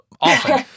often